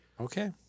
Okay